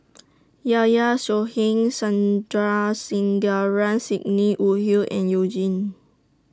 Yahya Cohen Sandrasegaran Sidney Woodhull and YOU Jin